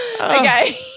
Okay